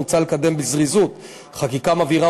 מוצע לקדם בזריזות חקיקה מבהירה,